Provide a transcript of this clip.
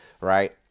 Right